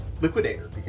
Liquidator